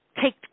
take